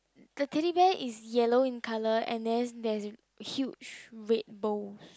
the Teddy Bear is yellow in colour and then there is huge red bows